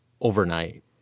overnight